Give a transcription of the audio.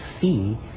see